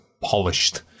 polished